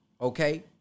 Okay